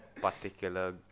particular